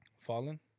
Fallen